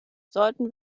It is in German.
sollten